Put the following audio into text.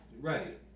Right